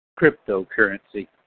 Cryptocurrency